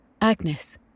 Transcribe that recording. Agnes